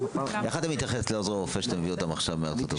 איך אתה מתייחס לעוזרי רופא שאתה מביא עכשיו מארצות-הברית?